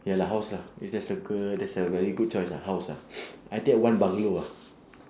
get a house lah if there's a girl that's a very good choice lah house ah I take one bungalow ah